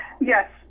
Yes